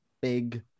big